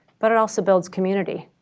but it also builds community